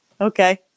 Okay